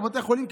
בבתי החולים,